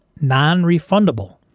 non-refundable